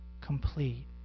complete